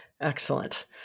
Excellent